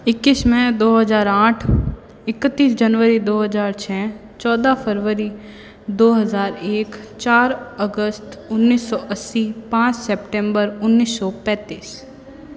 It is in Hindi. इक्कीस मेय दो हज़ार आठ इक्कतीस जनवरी दो हज़ार छः चौदह फरवरी दो हज़ार एक चार अगस्त उन्नीस सौ अस्सी पाँच सेप्टेम्बर उन्नीस सौ पैंतीस